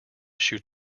shoot